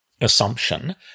assumption